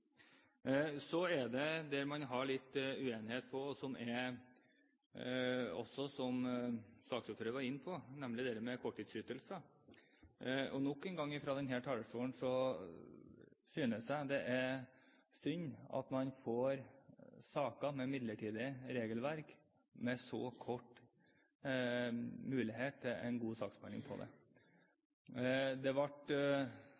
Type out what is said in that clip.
Så til det området der man har litt uenighet, og som også saksordføreren var inne på, nemlig dette med korttidsytelser. Og nok en gang synes jeg det er synd at man får saker om midlertidig regelverk med så liten mulighet til en god saksbehandling. Komiteen har også her hatt få dager på